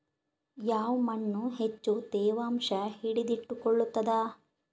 ಯಾವ್ ಮಣ್ ಹೆಚ್ಚು ತೇವಾಂಶ ಹಿಡಿದಿಟ್ಟುಕೊಳ್ಳುತ್ತದ?